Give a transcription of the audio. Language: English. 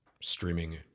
streaming